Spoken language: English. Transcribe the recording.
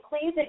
please